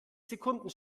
sekunden